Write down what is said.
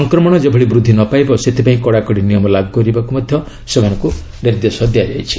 ସଂକ୍ରମଣ ଯେଭଳି ବୃଦ୍ଧି ନ ପାଇବ ସେଥିପାଇଁ କଡ଼ାକଡ଼ି ନିୟମ ଲାଗୁ କରିବାକୁ ମଧ୍ୟ ସେମାନଙ୍କୁ ନିର୍ଦ୍ଦେଶ ଦିଆଯାଇଛି